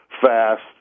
fast